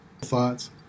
Thoughts